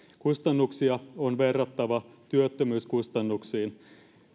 kustannuksia on verrattava työttömyyskustannuksiin